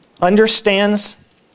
understands